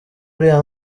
uriya